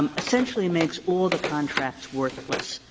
um essentially makes all the contracts worthless.